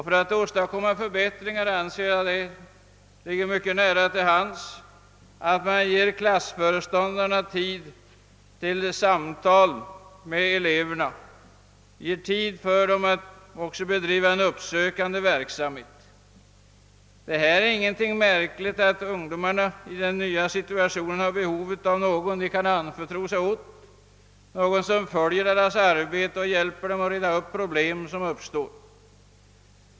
För att åstadkomma förbättringar anser jag att man bör ge klassföreståndarna tid till samtal med eleverna och till att också bedriva uppsökande verksamhet. Det är inte märkligt att ungdomarna i en ny situation behöver någon som de kan anförtro sig åt, någon som följer deras arbete och hjälper dem att reda upp problem som kan uppstå.